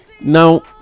now